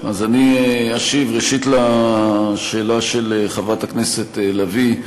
אני אשיב, ראשית, על השאלה של חברת הכנסת לביא.